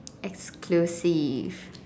exclusive